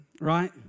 right